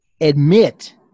admit